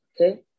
Okay